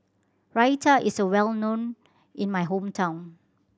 Raita is well known in my hometown